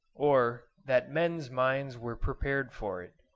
or that men's minds were prepared for it.